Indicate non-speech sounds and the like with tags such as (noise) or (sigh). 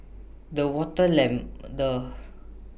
the (unintelligible) the